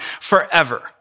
forever